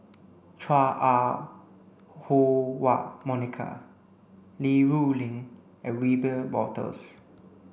Chua Ah Huwa Monica Li Rulin and Wiebe Wolters